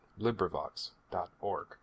Librivox.org